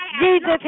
Jesus